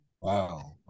wow